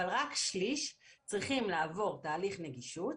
אבל רק שליש צריכים לעבור תהליך נגישות,